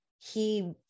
He-